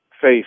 face